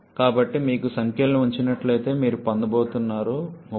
కాబట్టి మీకు సంఖ్యలను ఉంచినట్లయితే మీరు పొందబోతున్నారు 3487